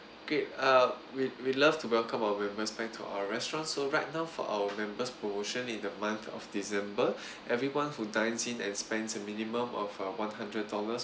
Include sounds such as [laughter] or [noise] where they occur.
great uh we we love to welcome our member spend to our restaurants so right now for our members' promotion in the month of december [breath] everyone who dine in and spend a minimum of uh one hundred dollars